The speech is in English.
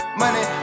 money